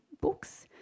books